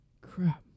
Crap